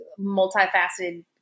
multifaceted